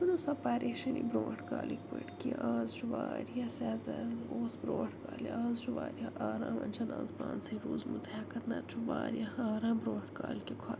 سۄ نہٕ سۄ پریشٲنی برٛونٛٹھ کالٕکۍ پٲٹھۍ کیٚنٛہہ اَز چھُ واریاہ سیٚزَر اوس برٛونٛٹھ کالہِ اَز چھُ واریاہ آرام وۄنۍ چھَ نہٕ اَز پانسٕے روٗزمٕژ ہیٚکتھ نَتہٕ چھُ واریاہ آرام برٛونٛٹھ کالہِ کہِ کھۅتہٕ